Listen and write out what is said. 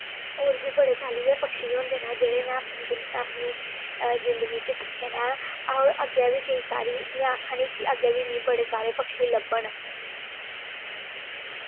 और बी बडे़ चाल्ली दे पक्खरु पक्षी होंदे ना जेहडे़ में अपने जिदंगी च दिक्खे न औऱ अग्गे बी कोई सारी में आक्खा नी कि अग्गै बी मि बडे सारे पक्षी लब्भन